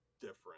different